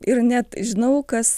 ir net žinau kas